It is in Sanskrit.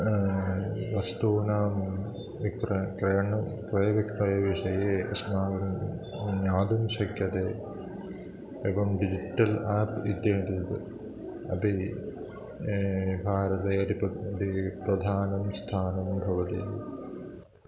वस्तूनां विक्रयणं क्रयणं क्रयविक्रयविषये अश्माकं ज्ञातुं शक्यते एवं डिजिट्टल् आप् इति अपि भारतीयपद्धतिः प्रधानं स्थानं भवति